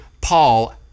Paul